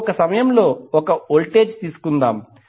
ఇప్పుడు ఒక సమయంలో ఒక వోల్టేజ్ తీసుకుందాం